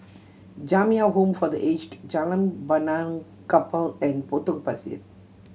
Jamiyah Home for The Aged Jalan Benaan Kapal and Potong Pasir